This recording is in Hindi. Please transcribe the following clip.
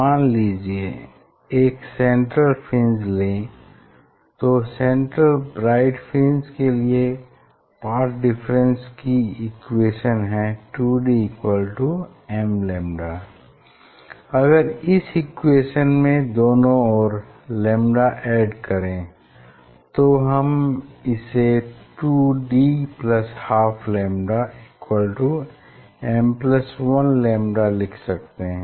मान लीजिये हम सेंट्रल फ्रिंज लें तो सेंट्रल ब्राइट फ्रिंज के लिए पाथ डिफरेंस की इक्वेशन है 2d mλ अगर इस इक्वेशन में दोनों ओर λ ऐड करें तो हम इसे 2dλ2 m1λ लिख सकते हैं